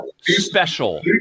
Special